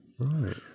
right